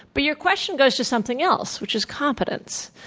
but your question goes to someth ing else, which is competence.